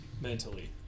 mentally